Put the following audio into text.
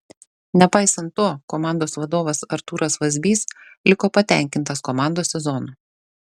nepaisant to komandos vadovas artūras vazbys liko patenkintas komandos sezonu